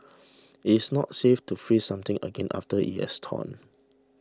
it is not safe to freeze something again after it has thawed